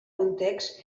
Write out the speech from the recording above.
context